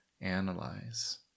analyze